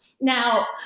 Now